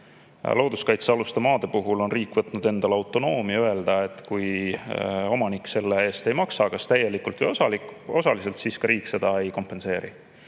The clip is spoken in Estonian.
Looduskaitsealuste maade puhul on riik võtnud endale autonoomia öelda, et kui omanik selle eest kas täielikult või osaliselt ei maksa, siis ka riik seda ei kompenseeri.